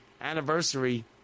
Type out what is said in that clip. anniversary